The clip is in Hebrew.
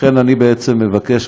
אני בעצם מבקש,